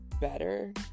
better